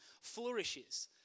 flourishes